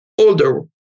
older